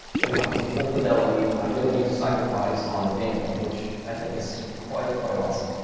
you have the full fidelity. ah you don't need to sacrifice on anything, which i think is quite, quite awesome.